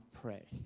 pray